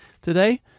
today